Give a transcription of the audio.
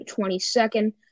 22nd